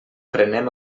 prenem